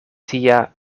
tia